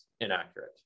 inaccurate